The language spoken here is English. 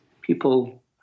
people